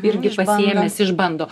irgi pasiėmęs išbando